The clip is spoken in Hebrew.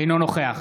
אינו נוכח